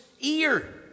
ear